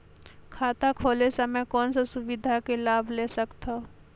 खाता खोले समय कौन का सुविधा के लाभ ले सकथव?